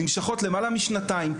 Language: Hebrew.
נמשכות למעלה משנתיים,